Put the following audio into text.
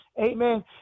amen